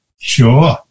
Sure